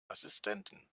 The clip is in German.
assistenten